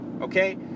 okay